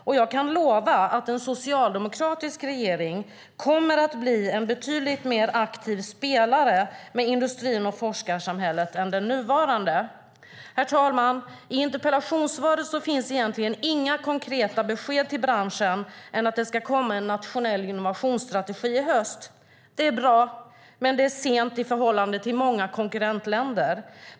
Och jag kan lova att en socialdemokratisk regering kommer att bli en betydligt mer aktiv spelare med industrin och forskarsamhället än den nuvarande. Herr talman! I interpellationssvaret finns egentligen inga konkreta besked till branschen annat än att det ska komma en nationell innovationsstrategi i höst. Det är bra, men det är sent i förhållande till många konkurrentländer.